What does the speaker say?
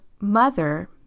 mother